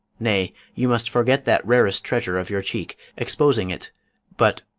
nay, you must forget that rarest treasure of your cheek, exposing it but,